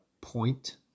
point